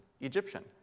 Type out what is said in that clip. Egyptian